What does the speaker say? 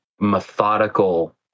methodical